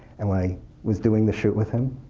and when i was doing the shoot with him,